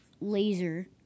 laser